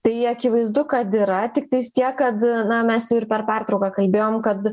tai akivaizdu kad yra tiktais tiek kad na mes jau ir per pertrauką kalbėjom kad